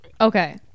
Okay